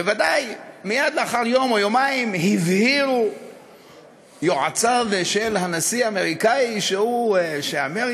מייד לאחר יום או יומיים הבהירו יועציו של הנשיא האמריקני שאמריקה,